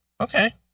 Okay